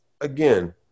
again